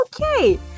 Okay